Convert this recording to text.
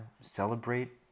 celebrate